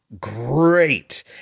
great